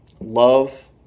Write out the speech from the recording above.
Love